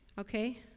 Okay